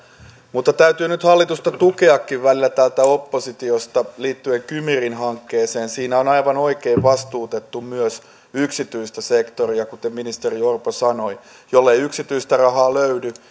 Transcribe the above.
mutta täytyy nyt hallitusta tukeakin välillä täältä oppositiosta liittyen kymi ring hankkeeseen siinä on aivan oikein vastuutettu myös yksityistä sektoria kuten ministeri orpo sanoi jollei yksityistä rahaa löydy